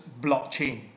blockchain